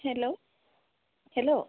hello hello